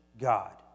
god